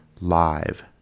live